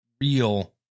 real